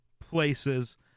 places